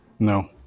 No